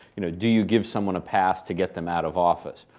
you know do you give someone a pass to get them out of office?